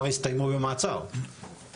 נכון להיום המצב הוא שחברות הביטוח מסרבות